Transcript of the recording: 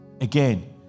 again